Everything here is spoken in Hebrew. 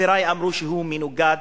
חברי אמרו שהוא מנוגד